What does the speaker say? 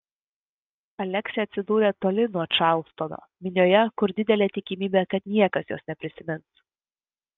aleksė atsidūrė toli nuo čarlstono minioje kur didelė tikimybė kad niekas jos neprisimins